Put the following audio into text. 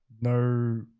no